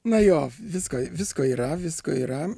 na jo visko visko yra visko yra